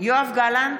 יואב גלנט,